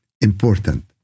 important